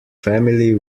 family